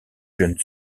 jeune